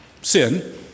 Sin